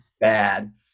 bad